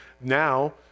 now